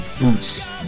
Boots